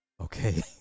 okay